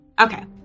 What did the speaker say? Okay